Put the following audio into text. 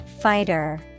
Fighter